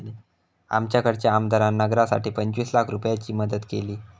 आमच्याकडच्या आमदारान नगरासाठी पंचवीस लाख रूपयाची मदत केली